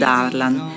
Darlan